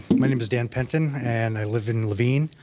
my name is dan penton, and i live in laveen.